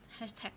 hashtag